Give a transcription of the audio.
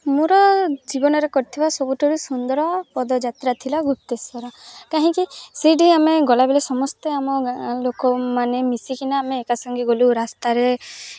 ମୋର ଜୀବନରେ କରିଥିବା ସବୁଠାରୁ ସୁନ୍ଦର ପଦଯାତ୍ରା ଥିଲା ଗୁପ୍ତେଶ୍ୱର କାହିଁକି ସେଇଠି ଆମେ ଗଲାବେଳେ ସମସ୍ତେ ଆମ ଗାଁ ଲୋକମାନେ ମିଶିକରି ନା ଆମେ ଏକାସଙ୍ଗେ ଗଲୁ ରାସ୍ତାରେ